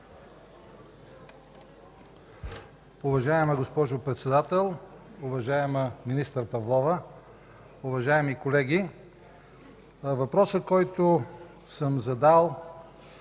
Уважаема госпожо Председател, уважаема министър Павлова, уважаеми колеги! Въпросът, който съм задал,